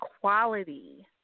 quality